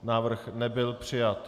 Návrh nebyl přijat.